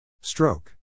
Stroke